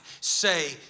say